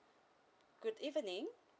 good evening